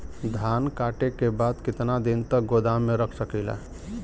धान कांटेके बाद कितना दिन तक गोदाम में रख सकीला?